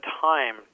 time